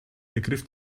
ergriff